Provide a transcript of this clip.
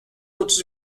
otuz